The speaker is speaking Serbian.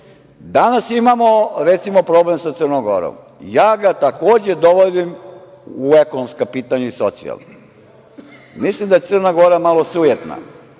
imamo, recimo, problem sa Crnom Gorom. Ja ga takođe dovodim u ekonomska pitanja i socijalna. Mislim da je Crna Gora malo sujetna.